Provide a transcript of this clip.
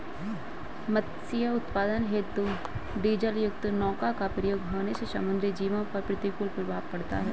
मत्स्य उत्पादन हेतु डीजलयुक्त नौका का प्रयोग होने से समुद्री जीवों पर प्रतिकूल प्रभाव पड़ता है